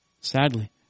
Sadly